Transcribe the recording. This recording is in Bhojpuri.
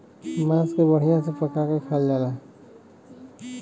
मांस के बढ़िया से पका के खायल जाला